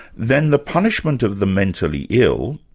then the punishment of the mentally ill,